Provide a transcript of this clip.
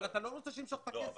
אתה לא רוצה שהוא ימשוך את הכסף.